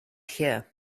here